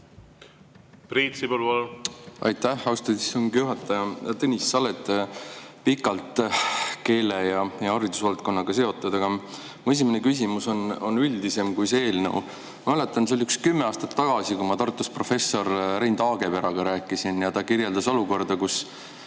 Priit Sibul, palun! Aitäh, austatud istungi juhataja! Tõnis, sa oled pikalt keele‑ ja haridusvaldkonnaga seotud olnud, aga mu esimene küsimus on üldisem kui see eelnõu. Ma mäletan, see oli umbes kümme aastat tagasi, kui ma Tartus professor Rein Taageperaga rääkisin ja ta kirjeldas olukorda, kus